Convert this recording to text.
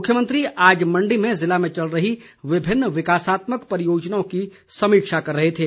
मुख्यमंत्री आज मंडी में ज़िले में चल रही विभिन्न विकासात्मक परियोजनाओं की समीक्षा कर रहे थे